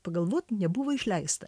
pagalvot nebuvo išleista